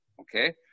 okay